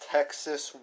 Texas